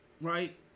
right